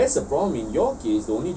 ya